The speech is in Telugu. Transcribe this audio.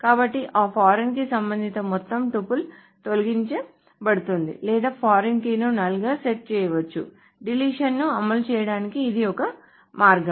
కాబట్టి ఆ ఫారిన్ కీకి సంబంధించిన మొత్తం టపుల్ తొలగించబడుతుంది లేదా ఫారిన్ కీని నల్ గా సెట్ చేయవచ్చుడిలీషన్ ను అమలు చేయడానికి ఇది మరొక మార్గం